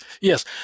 Yes